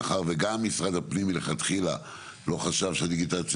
מאחר וגם משרד הפנים מלכתחילה לא חשב שדיגיטציה